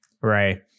Right